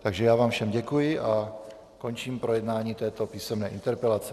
Takže já vám všem děkuji a končím projednávání této písemné interpelace.